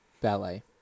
ballet